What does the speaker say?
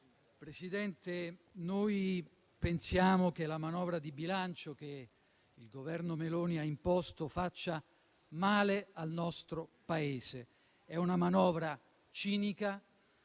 Presidente, noi pensiamo che la manovra di bilancio che il Governo Meloni ha imposto faccia male al nostro Paese: è una manovra cinica,